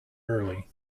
early